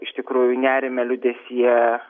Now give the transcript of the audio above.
iš tikrųjų nerime liūdesyje